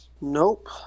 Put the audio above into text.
nope